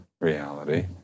reality